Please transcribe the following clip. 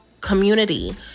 community